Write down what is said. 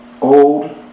old